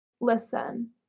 Listen